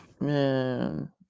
Man